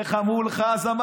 איך אמרת אז?